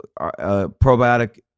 probiotic